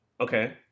Okay